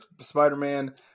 Spider-Man